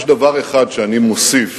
יש דבר שאני מוסיף